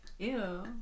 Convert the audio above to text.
Ew